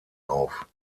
auf